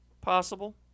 possible